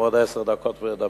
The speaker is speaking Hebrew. לעמוד עשר דקות ולדבר.